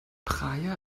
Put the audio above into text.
praia